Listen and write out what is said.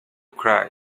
cry